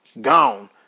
gone